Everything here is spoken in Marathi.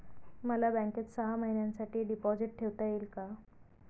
मला बँकेत सहा महिन्यांसाठी डिपॉझिट ठेवता येईल का?